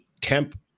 Kemp